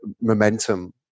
momentum